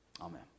Amen